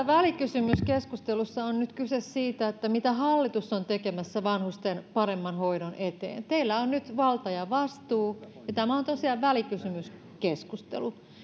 välikysymyskeskustelussa on nyt kyse siitä mitä hallitus on tekemässä vanhusten paremman hoidon eteen teillä on nyt valta ja vastuu ja tämä on tosiaan välikysymyskeskustelu